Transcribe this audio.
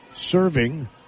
serving